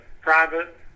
private